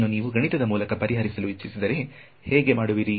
ಇದನ್ನು ನೀವು ಗಣಿತದ ಮೂಲಕ ಪರಿಹರಿಸಲು ಇಚ್ಚಿಸಿದರೆ ಹೇಗೆ ಮಾಡುವಿರಿ